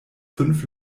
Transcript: fünf